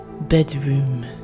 bedroom